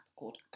called